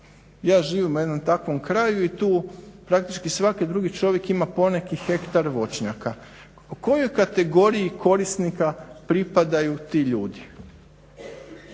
Ja živim u jednom takvom kraju i tu praktički svaki drugi čovjek ima poneki hektar voćnjaka, kojoj kategoriji korisnika pripadaju ti ljudi?